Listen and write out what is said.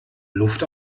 luft